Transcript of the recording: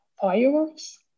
fireworks